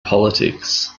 politics